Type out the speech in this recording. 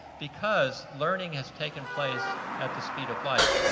because learning has taken place at the speed of light.